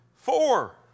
Four